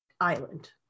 island